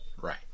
Right